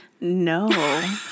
no